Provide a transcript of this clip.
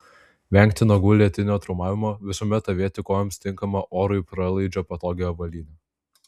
vengti nagų lėtinio traumavimo visuomet avėti kojoms tinkamą orui pralaidžią patogią avalynę